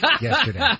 yesterday